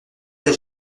t’ai